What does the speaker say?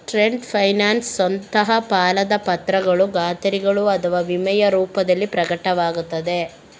trade finance ಸ್ವತಃ ಸಾಲದ ಪತ್ರಗಳು ಖಾತರಿಗಳು ಅಥವಾ ವಿಮೆಯ ರೂಪದಲ್ಲಿ ಪ್ರಕಟವಾಗುತ್ತದೆ